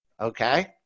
Okay